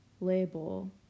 label